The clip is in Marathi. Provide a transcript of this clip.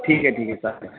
ठीक आहे ठीक आहे चालते